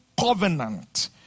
covenant